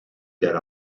yer